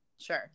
sure